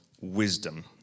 wisdom